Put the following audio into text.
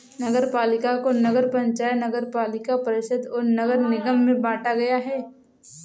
नगरपालिका को नगर पंचायत, नगरपालिका परिषद और नगर निगम में बांटा गया है